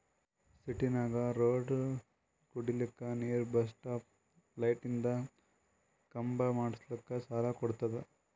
ಸಿಟಿನಾಗ್ ರೋಡ್ ಕುಡಿಲಕ್ ನೀರ್ ಬಸ್ ಸ್ಟಾಪ್ ಲೈಟಿಂದ ಖಂಬಾ ಮಾಡುಸ್ಲಕ್ ಸಾಲ ಕೊಡ್ತುದ